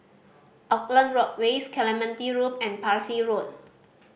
Auckland Road West Clementi Loop and Parsi Road